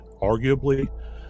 arguably